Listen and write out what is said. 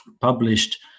published